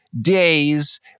days